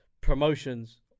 promotions